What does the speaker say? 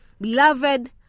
Beloved